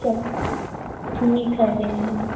चलो ठीक है ले लेंगे